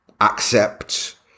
accept